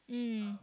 mm